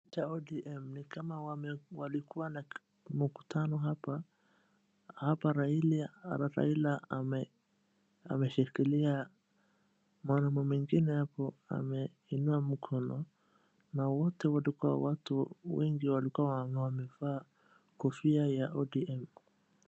Cha ODM nikama walikuwa na mkutani hapa, hapa raila ameshikilia mwanaume mwingine hapo ameinua mkono na wote walikuwa watu wengi wamevaa kofia ya ODM.